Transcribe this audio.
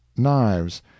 knives